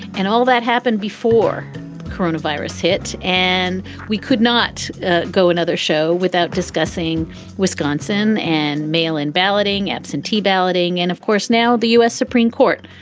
and all that happened before coronavirus hit and we could not go another show without discussing wisconsin and mail in balloting, absentee balloting and of course, now the u s. supreme court,